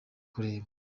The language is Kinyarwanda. kureba